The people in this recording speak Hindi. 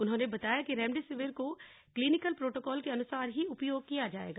उन्होंने बताया कि रेमडिसिविर को क्लिनिकल प्रोटोकॉल के अनुसार ही उपयोग किया जाएगा